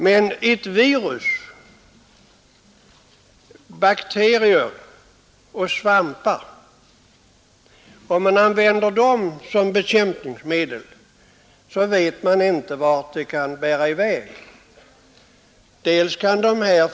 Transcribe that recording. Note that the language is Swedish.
Men om man använder virus, bakterier eller svampar som ett bekämpningsmedel, vet man inte vart det kan bära i väg. Dels kan dessa bakterier etc.